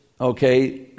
okay